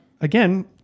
again